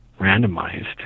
randomized